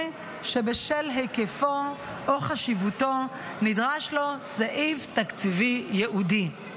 שבשל היקפו או חשיבותו נדרש לו סעיף תקציבי ייעודי.